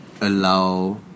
allow